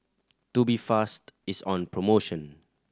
Tubifast is on promotion